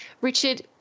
Richard